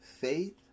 faith